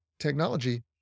technology